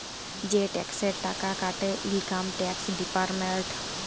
যে টেকসের টাকা কাটে ইলকাম টেকস ডিপার্টমেল্ট